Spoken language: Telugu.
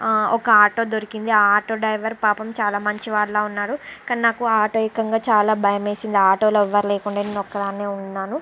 ఒక ఆటో దొరికింది ఆ ఆటో డ్రైవర్ పాపం చాలా మంచి వారిలా ఉన్నారు కానీ నాకు ఆటో ఎక్కంగానే చాలా భయమేసింది ఆ ఆటోలో ఎవ్వరు లేకుండే నేను ఒక్కదాన్నే ఉన్నాను